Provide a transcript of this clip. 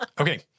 Okay